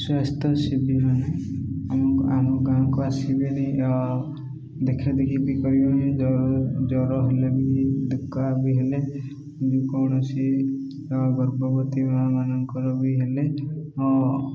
ସ୍ୱାସ୍ଥ୍ୟ ସେବୀମାନେ ଆମ ଆମ ଗାଁକୁ ଆସିବେନି ଦେଖା ଦେଖି ବି କରିବେନି ଜର ଜର ହେଲେ ବି ଡକା ବି ହେଲେ ଯେକୌଣସି ଗର୍ଭବତୀ ମାନଙ୍କର ବି ହେଲେ